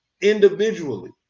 individually